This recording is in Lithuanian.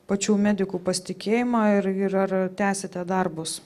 pačių medikų pasitikėjimą ir ir ar tęsite darbus